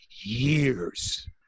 years